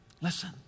Listen